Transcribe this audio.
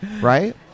right